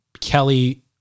Kelly